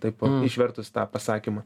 taip išvertus tą pasakymą